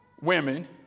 women